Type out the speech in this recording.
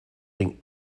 ging